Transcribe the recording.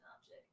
object